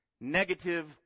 negative